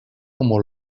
como